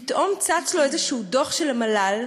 פתאום צץ לו איזה דוח של המל"ל,